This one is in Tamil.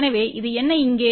எனவே இது என்ன இங்கே